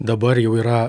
dabar jau yra